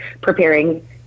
preparing